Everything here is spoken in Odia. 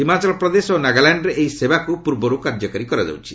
ହିମାଚଳପ୍ରଦେଶ ଓ ନାଗାଲାଣ୍ଡରେ ଏହି ସେବାକୁ ପୂର୍ବରୁ କାର୍ଯ୍ୟକାରୀ କରାଯାଉଛି